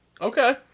Okay